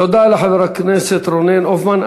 תודה לחבר הכנסת רונן הופמן.